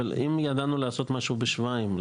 אם ידענו לעשות משהו בשבועיים,